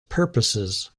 purposes